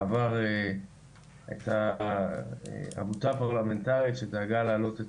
בעבר הייתה עמותה פרלמנטרית שדאגה להעלות את